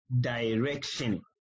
direction